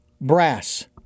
Brass